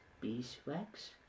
beeswax